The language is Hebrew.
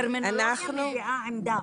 טרמינולוגיה מביעה עמדה.